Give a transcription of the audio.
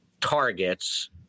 targets